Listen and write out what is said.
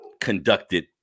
conducted